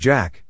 Jack